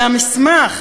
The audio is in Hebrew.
זה המסמך.